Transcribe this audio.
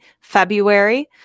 February